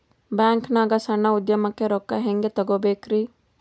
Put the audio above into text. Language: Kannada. ಬ್ಯಾಂಕ್ನಾಗ ಸಣ್ಣ ಉದ್ಯಮಕ್ಕೆ ರೊಕ್ಕ ಹೆಂಗೆ ತಗೋಬೇಕ್ರಿ?